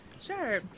Sure